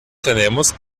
tenemos